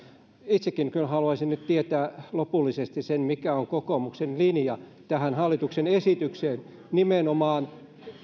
itsekin kyllä haluaisin nyt tietää lopullisesti sen mikä on kokoomuksen linja tähän hallituksen esitykseen nimenomaan